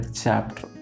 chapter